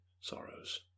sorrows